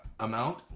amount